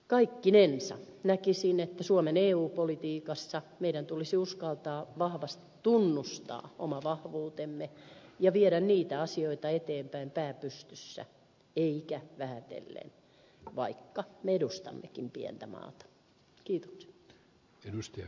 kaikkinensa näkisin että suomen eu politiikassa meidän tulisi uskaltaa vahvasti tunnustaa oma vahvuutemme ja viedä niitä asioita eteenpäin pää pystyssä eikä vähätellen vaikka me edustammekin pientä maata